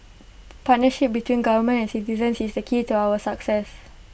partnership between government and citizens is key to our success